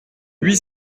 huit